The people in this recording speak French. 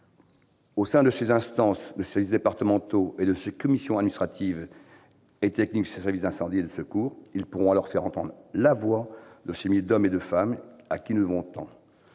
Au sein des instances de ces services départementaux et des commissions administratives et techniques des services d'incendie et de secours, ils pourront alors faire entendre la voix de ces milliers d'hommes et de femmes ayant des missions